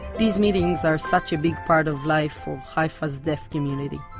these meetings are such a big part of life for haifa's deaf community,